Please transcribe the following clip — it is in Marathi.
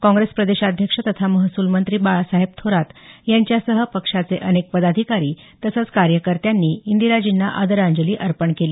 काँप्रेस प्रदेशाध्यक्ष तथा महसूलमंत्री बाळासाहेब थोरात यांच्यासह पक्षाचे अनेक पदाधिकारी तसंच कार्यकर्त्यांनी इंदिराजींना आदरांजली अर्पण केली